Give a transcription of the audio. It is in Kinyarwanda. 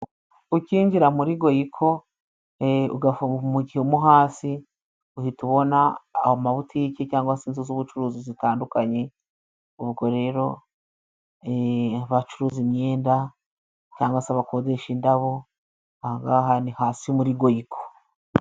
Ukinjira muri Goyiko ugafungumukiyamo hasi, uhita ubona amabutiki cyangwa se inzu z'ubucuruzi zitandukanye, ubwo rero abacuruza imyenda cyangwa se abakodesha indabo, aha ngaha ni hasi muri Goyiko.